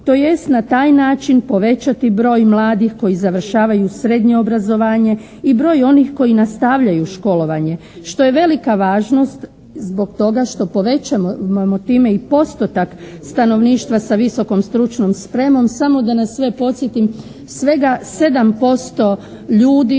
tj. na taj način povećati broj mladih koji završavaju srednje obrazovanje i broj onih koji nastavljaju školovanje što je velika važnost zbog toga što povećavamo time i postotak stanovništva sa visokom stručnom spremom. Samo da nas sve podsjetim svega 7% ljudi